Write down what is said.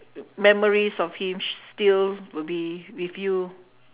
memories of him sh~ still will be with you